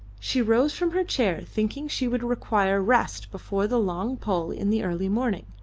she rose from her chair, thinking she would require rest before the long pull in the early morning.